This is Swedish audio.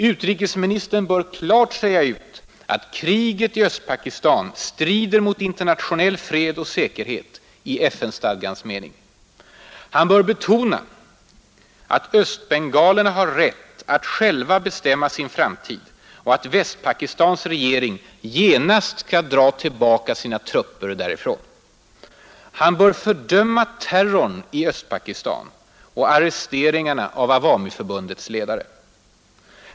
Utrikesministern bör klart säga ut att kriget i Östpakistan strider mot internationell fred och säkerhet i FN-stadgans mening. Han bör betona att östbengalerna har rätt att själva bestämma sin framtid och att Västpakistans regering genast skall dra tillbaka sina trupper. Han bör fördöma terrorn i Östpakistan och arresteringarna av Awamiförbundets ledare.